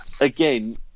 again